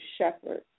shepherd